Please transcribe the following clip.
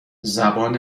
زبان